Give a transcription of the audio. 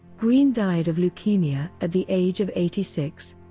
greene died of leukemia at the age of eighty six.